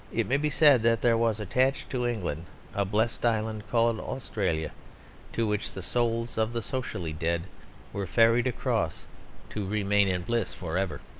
it may be said that there was attached to england a blessed island called australia to which the souls of the socially dead were ferried across to remain in bliss for ever.